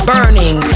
Burning